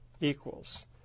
equals